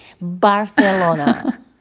Barcelona